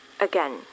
Again